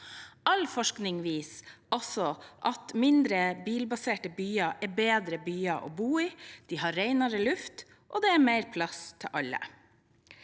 All forskning viser også at mindre bilbaserte byer er bedre byer å bo i. De har renere luft, og det er mer plass til alle.